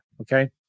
Okay